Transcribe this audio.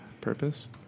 Purpose